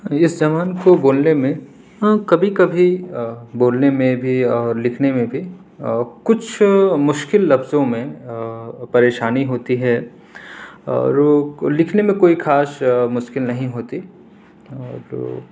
اِس زبان کو بولنے میں ہاں کبھی کبھی بولنے میں بھی اور لِکھنے میں بھی کچھ مشکل لفظوں میں پریشانی ہوتی ہے اور لِکھنے میں کوئی خاص مشکل نہیں ہوتی اور